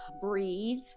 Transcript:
breathe